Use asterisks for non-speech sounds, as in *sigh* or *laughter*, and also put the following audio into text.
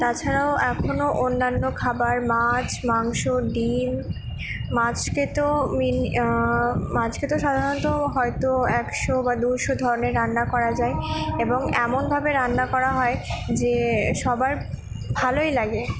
তাছাড়াও এখনো অন্যান্য খাবার মাছ মাংস ডিম মাছকে তো *unintelligible* মাছকে তো সাধারণত হয়তো একশো বা দুশো ধরণের রান্না করা যায় এবং এমনভাবে রান্না করা হয় যে সবার ভালোই লাগে